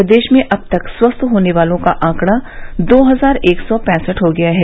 प्रदेश में अब तक स्वस्थ होने वालों का आंकड़ा दो हजार एक सौ पैंसठ हो गया है